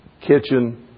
kitchen